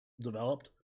developed